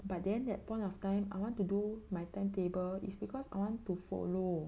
but then that point of time I want to do my timetable is because I want to follow